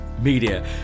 media